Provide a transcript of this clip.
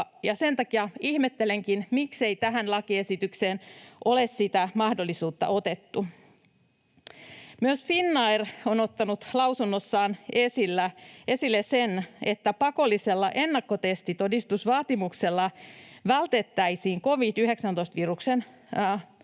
sen takia ihmettelenkin, miksei tähän lakiesitykseen ole sitä mahdollisuutta otettu. Myös Finnair on ottanut lausunnossaan esille sen, että pakollisella ennakkotestitodistusvaatimuksella vältettäisiin covid-19-viruksen saaneiden